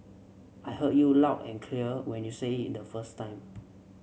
I heard you loud and clear when you said it the first time